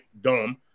dumb